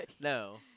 No